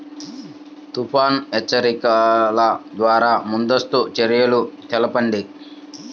తుఫాను హెచ్చరికల ద్వార ముందస్తు చర్యలు తెలపండి?